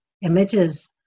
images